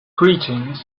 greetings